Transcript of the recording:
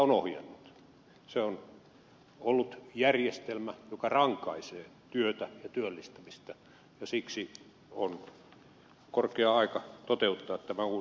se on ollut järjestelmä joka rankaisee työtä ja työllistämistä ja siksi on korkea aika toteuttaa tämä uudistus